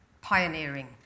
Pioneering